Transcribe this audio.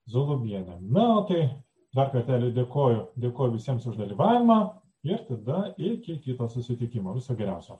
zolubienė na okei dar kartelį dėkoju dėkoju visiems už dalyvavimą ir tada iki kito susitikimo viso geriausio